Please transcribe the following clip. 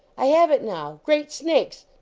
i have it now! great snakes!